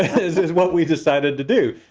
is is what we decided to do.